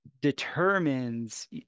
determines